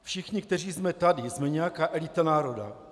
Všichni, kteří jsme tady, jsme nějaká elita národa.